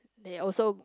they also